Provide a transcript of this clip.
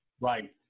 Right